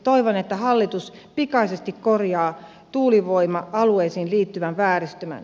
toivon että hallitus pikaisesti korjaa tuulivoima alueisiin liittyvän vääristymän